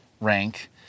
rank